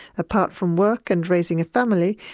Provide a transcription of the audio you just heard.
apart from work and raising a family,